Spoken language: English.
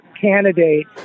candidate